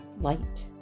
light